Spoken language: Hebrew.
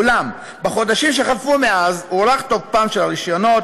אולם בחודשים שחלפו מאז הוארך תוקפם של הרישיונות